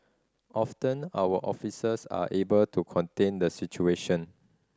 often our officers are able to contain the situation